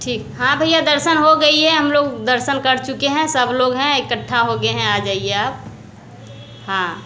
ठीक हाँ भैया दर्शन हो गए हैं हम लोग दर्शन कर चुके हैं सब लोग हैं एकट्ठा हो गए हैं आ जाइए आप हाँ